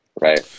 Right